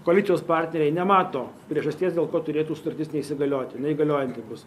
koalicijos partneriai nemato priežasties dėl ko turėtų sutartis neįsigalioti jinai galiojanti bus